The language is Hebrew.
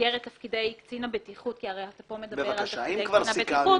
במסגרת תפקידי קצין הבטיחות כי הרי אתה פה מדבר על קצין הבטיחות,